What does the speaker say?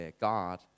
God